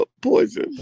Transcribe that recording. poison